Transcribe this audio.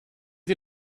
sie